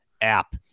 app